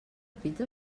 pizza